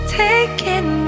taking